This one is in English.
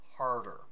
harder